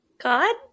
God